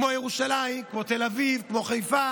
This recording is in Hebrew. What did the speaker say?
כמו ירושלים, כמו תל אביב, כמו חיפה.